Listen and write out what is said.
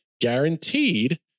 guaranteed